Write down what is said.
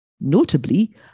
notably